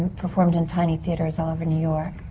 performed in tiny theatres all over new york.